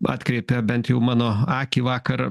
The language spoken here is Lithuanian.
atkreipė bent jau mano akį vakar